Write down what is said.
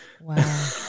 Wow